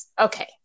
okay